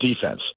defense